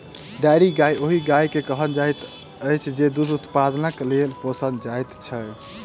dairy गाय ओहि गाय के कहल जाइत अछि जे दूध उत्पादनक लेल पोसल जाइत छै